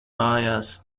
mājās